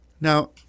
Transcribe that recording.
Now